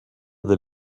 that